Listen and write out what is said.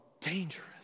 dangerous